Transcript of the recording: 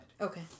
Okay